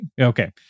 Okay